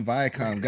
Viacom